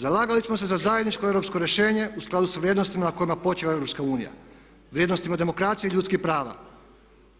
Zalagali smo se za zajedničko europsko rješenje u skladu sa vrijednostima na kojima počiva EU, vrijednostima demokracije i ljudskih prava,